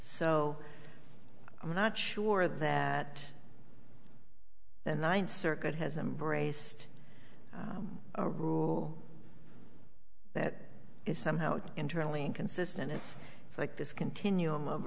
so i'm not sure that the ninth circuit has embraced a rule that is somehow internally inconsistent it's like this continuum of